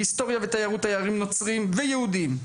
להיסטוריה ולתיירות של תיירים נוצרים ויהודיים,